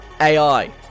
AI